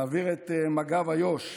להעביר את מג"ב איו"ש